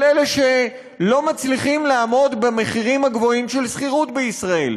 של אלה שלא מצליחים לעמוד במחירים הגבוהים של שכירות בישראל.